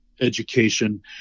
education